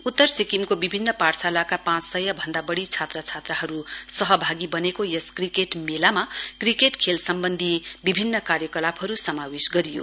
उत्तर सिक्किमको विभिन्न पाठशालाका पाँच सय भन्दा बढ़ी छात्र छात्राहरु सहभागी बनेको यस क्रिकेट मेलामा क्रिकेट खेल सम्बन्धी विभिन्न कार्यकलापहरु समावेश गरियो